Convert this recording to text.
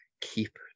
keep